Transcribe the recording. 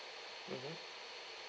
mmhmm